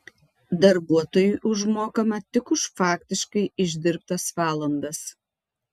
darbuotojui užmokama tik už faktiškai išdirbtas valandas